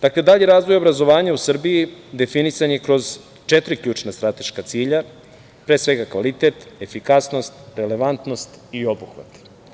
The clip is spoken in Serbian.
Dakle, dalji razvoj obrazovanja u Srbiji definisan je kroz četiri ključne strateška cilja, pre svega kvalitet, efikasnost, relevantnost i obuhvat.